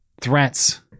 threats